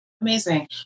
Amazing